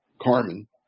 Carmen